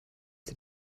sie